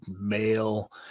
male